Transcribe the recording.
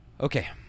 Okay